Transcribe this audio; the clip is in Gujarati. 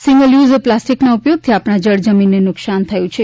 સિંગલ યુઝ પ્લાસ્ટિકના ઉપયોગથી આપણાં જળ જમીનને નુકસાન થયું છે